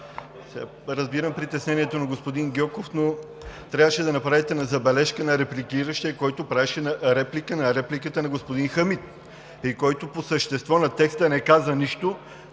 разбирам притеснението на господин Гьоков, но трябваше да направите забележка на репликиращия, който правеше реплика на репликите на господин Хамид и който по същество на текста не каза нищо,